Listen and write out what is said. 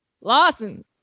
Lawson